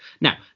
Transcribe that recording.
Now